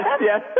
yes